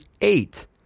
eight